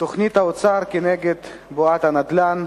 תוכנית האוצר כנגד בועת הנדל"ן,